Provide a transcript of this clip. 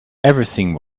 everything